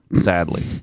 sadly